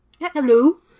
Hello